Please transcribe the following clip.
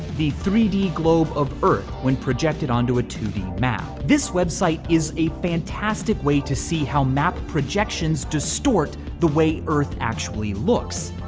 the three d globe of earth when project onto a two d map. this website is a fantastic way to see how map projections distort the way earth actually looks.